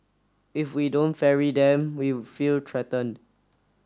if we don't ferry them we feel threatened